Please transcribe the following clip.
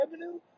revenue